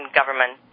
government